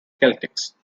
celtics